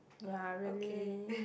ya really